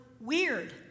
weird